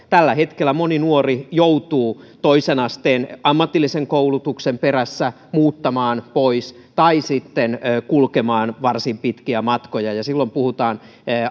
tällä hetkellä moni nuori joutuu toisen asteen ammatillisen koulutuksen perässä muuttamaan pois tai sitten kulkemaan varsin pitkiä matkoja ja silloin puhutaan